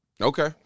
Okay